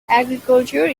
agriculture